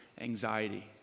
anxiety